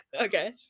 Okay